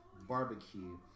Barbecue